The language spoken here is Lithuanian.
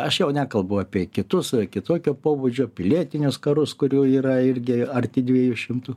aš jau nekalbu apie kitus kitokio pobūdžio pilietinius karus kurių yra irgi arti dviejų šimtų